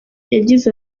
yagize